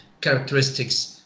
characteristics